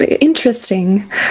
interesting